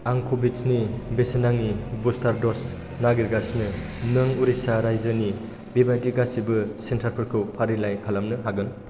आं कवेक्सिननि बेसेन नाङि बुस्टार ड'ज नागिरगासिनो नों उरिस्सा रायजोनि बेबायदि गासिबो सेन्टारफोरखौ फारिलाइ खालामनो हागोन